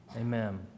Amen